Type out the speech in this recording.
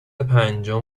پنجم